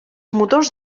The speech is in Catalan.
motors